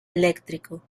electrónico